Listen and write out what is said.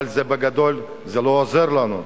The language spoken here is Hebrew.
אבל בגדול זה לא עוזר לנו.